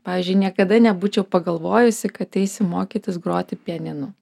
pavyzdžiui niekada nebūčiau pagalvojusi kad eisiu mokytis groti pianinu